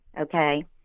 okay